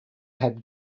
had